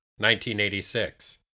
1986